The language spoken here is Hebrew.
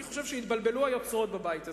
אני חושב שהתבלבלו היוצרות בבית הזה.